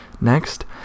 next